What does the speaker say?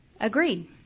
agreed